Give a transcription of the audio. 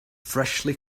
freshly